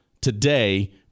today